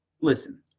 Listen